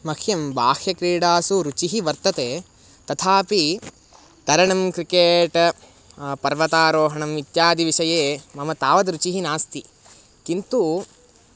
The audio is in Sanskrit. मह्यं बाह्यक्रीडासु रुचिः वर्तते तथापि तरणं क्रिकेट् पर्वतारोहणम् इत्यादिविषये मम तावद् रुचिः नास्ति किन्तु